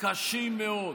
קשים מאוד.